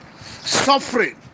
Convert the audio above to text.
suffering